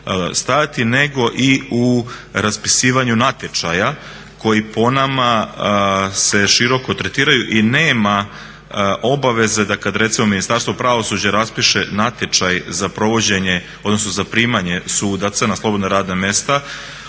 stajati nego i u raspisivanju natječaja koji po nama se široko tretiraju i nema obaveze da kada recimo Ministarstvo pravosuđa raspiše natječaj za primanje sudaca na slobodna radna mjesta